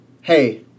hey